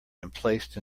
emplaced